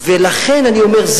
לכן אני אומר,